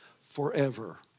forever